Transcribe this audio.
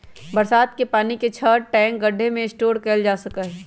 बरसात के पानी के छत, टैंक, गढ्ढे में स्टोर कइल जा सका हई